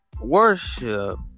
worship